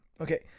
Okay